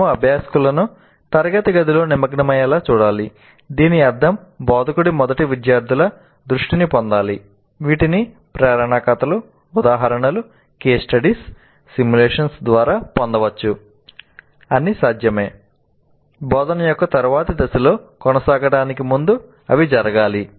మనము అభ్యాసకులను తరగతి గదితో నిమగ్నమయ్యేలా చూడాలి దీని అర్థం బోధకుడు మొదట విద్యార్థుల దృష్టిని పొందాలి బోధన యొక్క తరువాతి దశలతో కొనసాగడానికి ముందు ఇవి జరగాలి